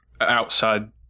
outside